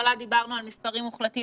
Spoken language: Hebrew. בהתחלה דיברנו על מספרים מוחלטים,